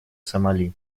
сомали